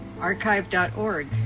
archive.org